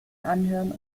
anhören